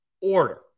order